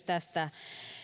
tästä